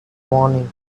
morning